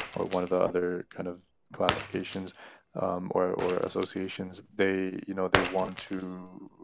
or one of the other kind of classifications um or or ah associations. they you know, they want to